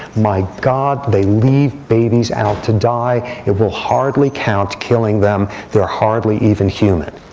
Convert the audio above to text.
my god, they leave babies out to die. it will hardly count killing them. they're hardly even human.